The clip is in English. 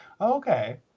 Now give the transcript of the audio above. Okay